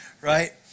Right